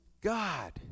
God